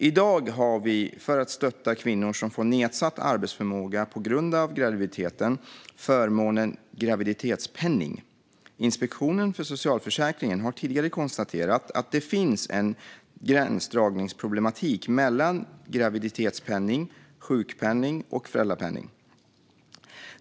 I dag har vi, för att stötta kvinnor som får nedsatt arbetsförmåga på grund av graviditeten, förmånen graviditetspenning. Inspektionen för socialförsäkringen har tidigare konstaterat att det finns en gränsdragningsproblematik mellan graviditetspenning, sjukpenning och föräldrapenning.